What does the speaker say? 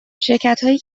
شرکتهایی